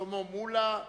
שלמה מולה,